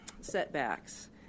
setbacks